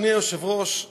אדוני היושב-ראש,